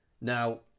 now